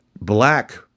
black